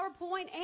PowerPoint